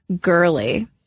girly